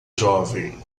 jovem